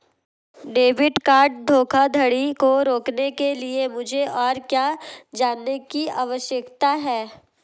Debit card धोखाधड़ी को रोकने के लिए मुझे और क्या जानने की आवश्यकता है?